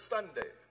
Sunday